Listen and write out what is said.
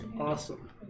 awesome